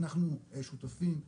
אנחנו שותפים,